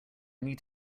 need